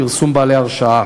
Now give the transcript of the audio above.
ופרסום בעלי ההרשאה.